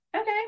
okay